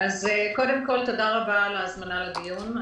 קודם כול, תודה רבה על ההזמנה לדיון.